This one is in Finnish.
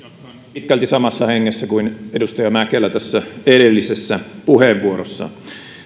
pitkälti samassa hengessä kuin edustaja mäkelä tässä edellisessä puheenvuorossaan